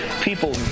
people